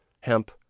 Hemp